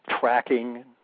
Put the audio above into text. tracking